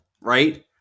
right